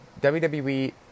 WWE